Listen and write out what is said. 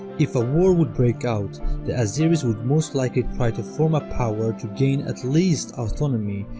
if a war would break out the azeries would most likely try to form a power to gain at least autonomy,